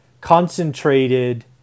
concentrated